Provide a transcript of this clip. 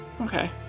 Okay